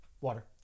water